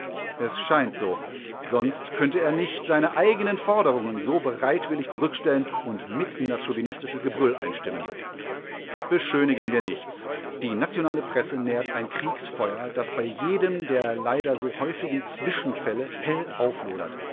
es scheint so sonst könnte er nicht seine eigenen forderungen so bereitwillig zurückstellen und mit in das chauvinistische gebrüll einstimmen beschönigen wir nichts die nationale presse nährt ein kriegsfeuer das bei jedem der leider so häufigen zwischenfälle hell auflodert